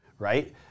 Right